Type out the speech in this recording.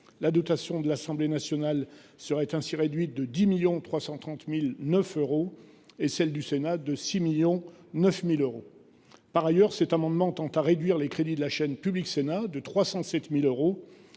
la dotation de l’Assemblée nationale serait ainsi réduite de 10 330 009 euros et celle du Sénat de 6 009 000 euros. Par ailleurs, cet amendement tend à réduire les crédits de la chaîne « Public Sénat » de 307 000 euros